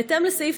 בהתאם לסעיף